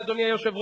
אדוני היושב-ראש,